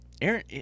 Aaron